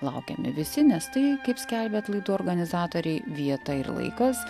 laukiami visi nes tai kaip skelbia atlaidų organizatoriai vieta ir laikas